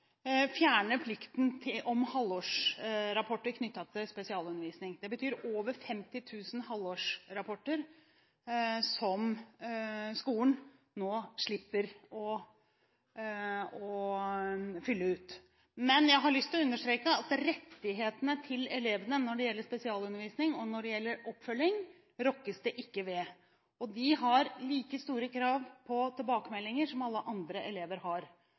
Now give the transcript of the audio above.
fjerne plikten til halvårsrapporter knyttet til spesialundervisning. Det betyr at det er over 50 000 halvårsrapporter som skolen nå slipper å fylle ut. Men jeg har lyst til å understreke at rettighetene til elevene når det gjelder spesialundervisning og oppfølging, rokkes det ikke ved, og de elevene har like store krav på tilbakemeldinger som alle andre elever har.